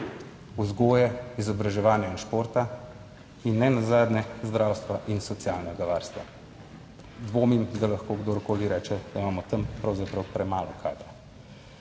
vzgoje, izobraževanja in športa in ne nazadnje zdravstva in socialnega varstva. Dvomim, da lahko kdorkoli reče, da imamo tam pravzaprav premalo kadra.